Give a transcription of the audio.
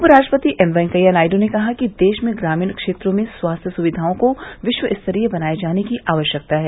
उपराष्ट्रपति एम वैकैया नायडू ने कहा कि देश में ग्रामीण क्षेत्रों में स्वास्थ्य सुविवाओं को विश्वस्तरीय बनाये जाने की आवश्यकता है